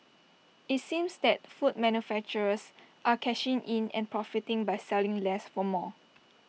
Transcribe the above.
IT seems that food manufacturers are cashing in and profiting by selling less for more